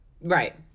Right